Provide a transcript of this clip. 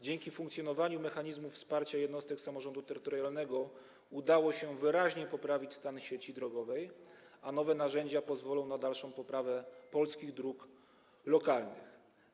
Dzięki funkcjonowaniu mechanizmów wsparcia jednostek samorządu terytorialnego udało się wyraźnie poprawić stan sieci drogowej, a nowe narzędzia pozwolą na dalszą poprawę polskich dróg lokalnych.